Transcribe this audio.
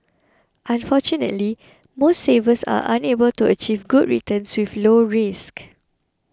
unfortunately most savers are unable to achieve good returns with low risk